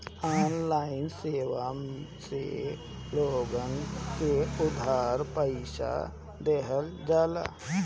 online सेवा से लोगन के उधार पईसा देहल जाला